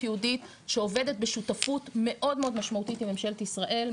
יהודית שעובדת בשותפות מאוד מאוד משמעותית עם ממשלת ישראל.